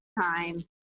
time